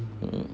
mm